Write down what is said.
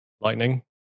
Lightning